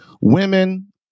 Women